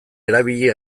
erabili